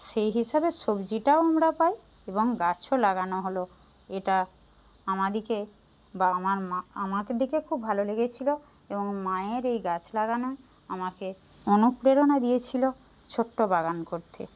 সেই হিসাবে সবজিটাও আমরা পাই এবং গাছও লাগানো হলো এটা আমাদেরকে বা আমার মা আমাদেরকে খুব ভালো লেগেছিলো এবং মায়ের এই গাছ লাগানো আমাকে অনুপ্রেরণা দিয়েছিলো ছোট্ট বাগান করতে